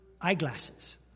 eyeglasses